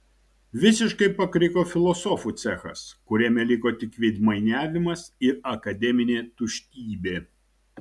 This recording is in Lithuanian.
visiškai pakriko filosofų cechas kuriame liko tik veidmainiavimas ir akademinė tuštybė